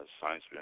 science